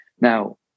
Now